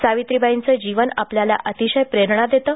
सावित्रीबाईंचं जीवन आपल्याला अतिशय प्रेरणा देतं